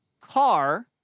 car